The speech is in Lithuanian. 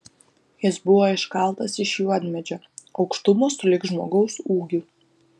jis buvo iškaltas iš juodmedžio aukštumo sulig žmogaus ūgiu